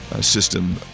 system